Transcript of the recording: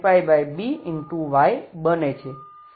sin nπby બને છે